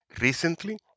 Recently